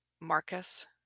Marcus